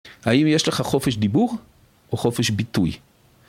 האם יש לך חופש דיבור או חופש ביטוי?